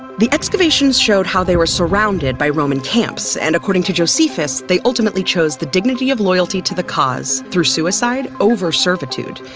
the excavations showed how they were surrounded by roman camps and according to josephus, they ultimately chose the dignity of loyalty to the cause through so succeed over servitude.